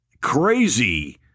crazy